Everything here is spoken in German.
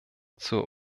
zur